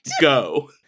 Go